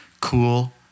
cool